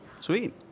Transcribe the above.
Sweet